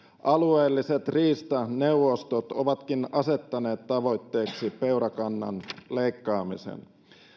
alueelliset riistaneuvostot ovatkin asettaneet tavoitteeksi peurakannan leikkaamisen